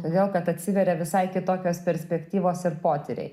todėl kad atsiveria visai kitokios perspektyvos ir potyriai